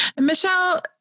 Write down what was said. Michelle